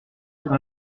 cette